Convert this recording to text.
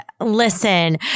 listen